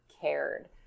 cared